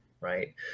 right